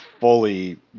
fully